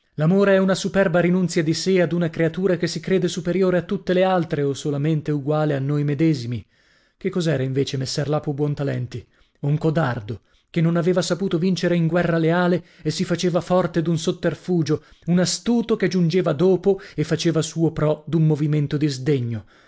l'amore è una superba rinunzia di sè ad una creatura che si crede superiore a tutte le altre o solamente uguale a noi medesimi che cos'era invece messer lapo buontalenti un codardo che non aveva saputo vincere in guerra leale e si faceva forte d'un sotterfugio un astuto che giungeva dopo e faceva suo pro d'un movimento di sdegno